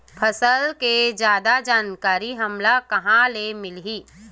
फसल के जादा जानकारी हमला कहां ले मिलही?